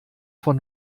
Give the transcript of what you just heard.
von